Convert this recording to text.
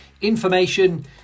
information